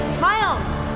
Miles